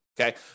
Okay